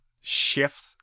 shift